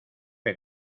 que